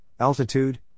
altitude